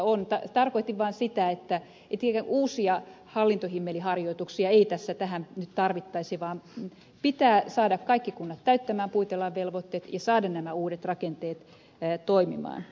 tarkoitin vaan sitä että uusia hallintohimmeliharjoituksia ei tässä nyt tarvittaisi vaan pitää saada kaikki kunnat täyttämään puitelain velvoitteet ja saada nämä uudet rakenteet toimimaan